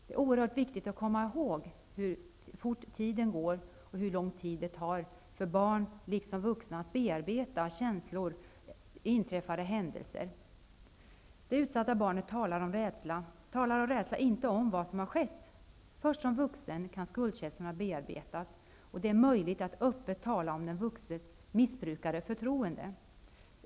Det är oerhört viktigt att komma ihåg hur fort tiden går och hur lång tid det tar, för barn liksom för vuxna, att bearbeta känslor och inträffade händelser. Det utsatta barnet talar av rädsla inte om vad som har skett. Först som vuxen kan skuldkänslorna bearbetas och det är möjligt att öppet tala om den vuxnes missbrukande av förtroende.